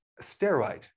steroid